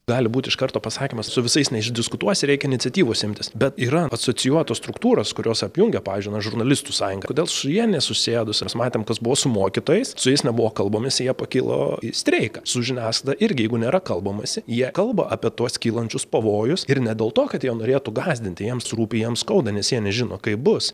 gali būt iš karto pasakymas su visais neišdiskutuosi reikia iniciatyvos imtis bet yra asocijuotos struktūros kurios apjungia pavyzdžiui na žurnalistų sąjunga kodėl su ja nesusėdus mes matėm kas buvo su mokytojais su jais nebuvo kalbamasi jie pakilo į streiką su žiniasklaida irgi jeigu nėra kalbamasi jie kalba apie tuos kylančius pavojus ir ne dėl to kad jie norėtų gąsdinti jiems rūpi jiems skauda nes jie nežino kaip bus